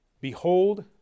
Behold